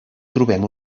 trobem